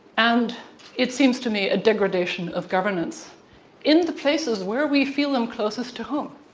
and it seems to me a degradation of governance in the places where we feel them closest to home,